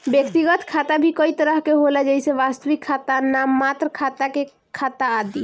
व्यक्तिगत खाता भी कई तरह के होला जइसे वास्तविक खाता, नाम मात्र के खाता आदि